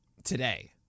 today